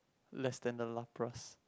less than the Lapras